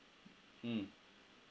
mm